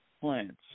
plants